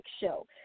show